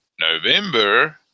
November